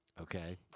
okay